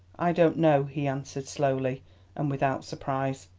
i don't know, he answered slowly and without surprise.